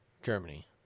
Germany